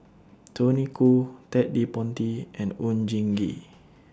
Tony Khoo Ted De Ponti and Oon Jin Gee